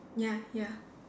ya ya